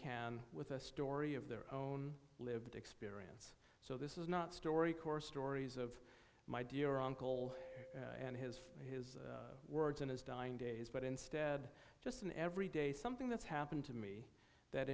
can with a story of their own lived experience so this is not story corps stories of my dear uncle and his his words in his dying days but instead just an every day something that's happened to me that